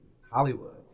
Hollywood